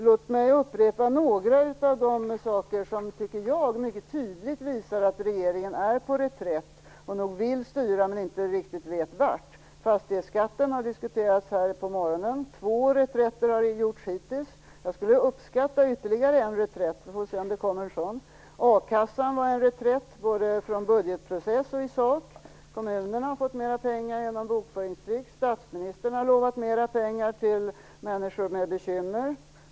Låt mig upprepa några saker som jag tycker mycket tydligt visar att regeringen är på reträtt och nog vill styra men inte riktigt vet vart. Fastighetsskatten har diskuterats här på morgonen. Där har det gjorts två reträtter hittills. Jag skulle uppskatta ytterligare en reträtt. Vi får väl se om det kommer en sådan. A-kassan var en reträtt, både från budgetprocessen och i sak. Kommunerna har fått mera pengar genom bokföringstricks. Statsministern har lovat mera pengar till människor med bekymmer.